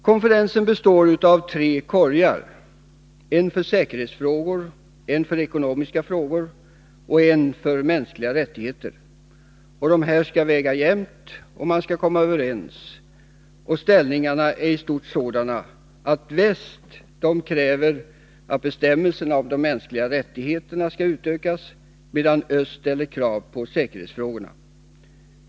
Konferensen består av tre korgar — en för säkerhetsfrågor, en för ekonomiska frågor och en för mänskliga rättigheter. Dessa skall väga jämt, och ställningarna är i stort sådana att väst kräver att bestämmelserna om de mänskliga rättigheterna skall utökas, medan öst ställer krav på säkerhetsfrågorna.